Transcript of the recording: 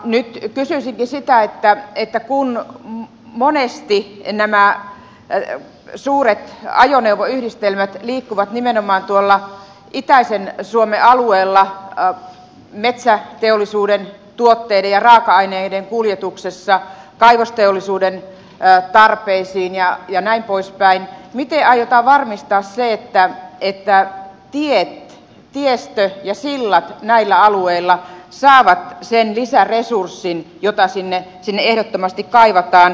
nyt kysyisinkin sitä kun monesti nämä suuret ajoneuvoyhdistelmät liikkuvat nimenomaan tuolla itäisen suomen alueella metsäteollisuuden tuotteiden ja raaka aineiden kuljetuksessa kaivosteollisuuden tarpeisiin ja näin pois päin miten aiotaan varmistaa se että tiestö ja sillat näillä alueilla saavat sen lisäresurssin jota sinne ehdottomasti kaivataan